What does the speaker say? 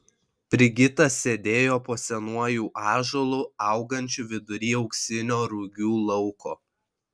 brigita sėdėjo po senuoju ąžuolu augančiu vidury auksinio rugių lauko